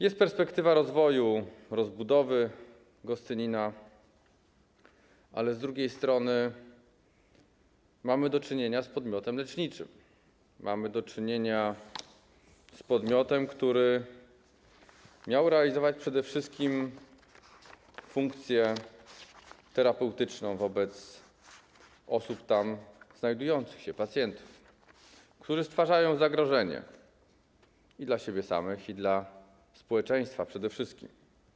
Jest perspektywa rozwoju, rozbudowy Gostynina, ale z drugiej strony mamy do czynienia z podmiotem leczniczym, mamy do czynienia z podmiotem, który miał realizować przede wszystkim funkcję terapeutyczną wobec osób tam się znajdujących, pacjentów, którzy stwarzają zagrożenie i dla siebie samych, i dla społeczeństwa przede wszystkim.